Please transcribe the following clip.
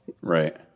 Right